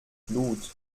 blut